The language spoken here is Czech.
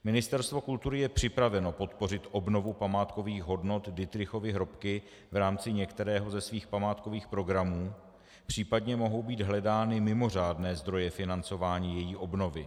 Ministerstvo kultury je připraveno podpořit obnovu památkových hodnot Dittrichovy hrobky v rámci některého ze svých památkových programů, případně mohou být hledány mimořádné zdroje financování její obnovy.